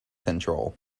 control